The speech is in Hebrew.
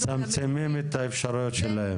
מצמצמים את האפשרויות שלהם.